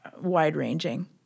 wide-ranging